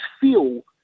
feel